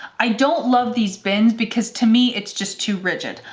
i don't love these bins because to me it's just too rigid.